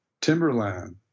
timberland